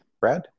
Brad